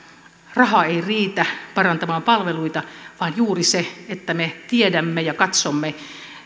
raha ei riitä parantamaan palveluita vaan juuri se että me tiedämme ja katsomme